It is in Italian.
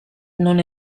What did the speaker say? non